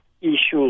issues